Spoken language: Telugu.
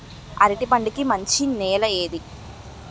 అరటి పంట కి మంచి నెల ఏది?